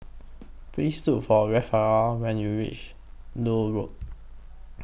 Please Look For Rafaela when YOU REACH Lloyd Road